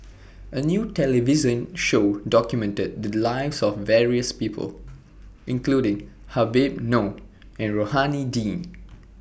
A New television Show documented The Lives of various People including Habib Noh and Rohani Din